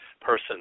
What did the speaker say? person